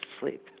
sleep